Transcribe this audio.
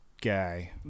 guy